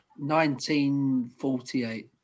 1948